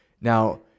Now